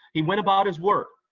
he went about his work,